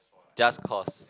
just cause